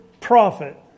prophet